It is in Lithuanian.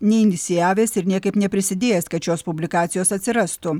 neinicijavęs ir niekaip neprisidėjęs kad šios publikacijos atsirastų